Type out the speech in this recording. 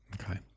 Okay